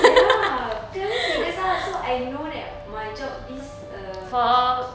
ya tell me figures ah so that I know that my job this err